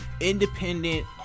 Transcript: independent